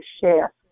share